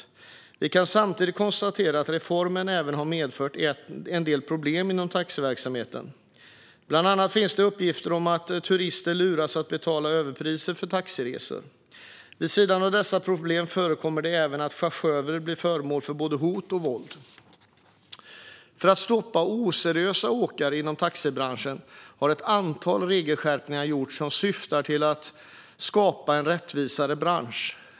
Men vi kan samtidigt konstatera att reformen även har medfört en del problem inom taxiverksamheten. Bland annat finns det uppgifter om att turister luras att betala överpriser för taxiresor. Vid sidan av dessa problem förekommer det även att chaufförer blir utsatta för både hot och våld. För att stoppa oseriösa åkare i taxibranschen har ett antal regelskärpningar gjorts som syftar till att skapa en rättvisare bransch.